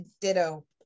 ditto